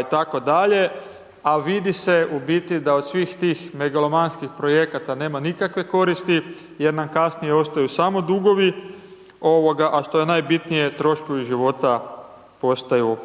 itd., a vidi se u biti da od svih tih megalomanskih projekata nema nikakve koristi jer nam kasnije ostaju samo dugovi, a što je najbitnije troškovi života postaju